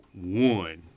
one